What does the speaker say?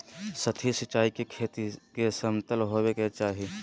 सतही सिंचाई के खेत के समतल होवे के चाही